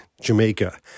Jamaica